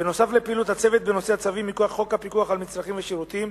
בנוסף לפעילות הצוות בנושא הצווים מכוח חוק הפיקוח על מצרכים ושירותים,